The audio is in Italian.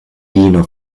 vino